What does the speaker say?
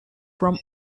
from